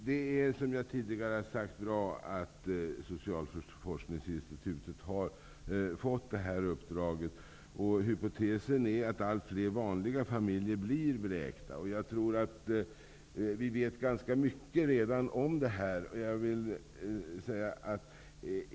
Fru talman! Det är bra att Socialforskningsinstitutet har fått det här uppdraget. Hypotesen är att fler vanliga familjer blir vräkta. Jag tror att vi redan vet ganska mycket om detta.